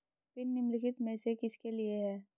Pin निम्नलिखित में से किसके लिए है?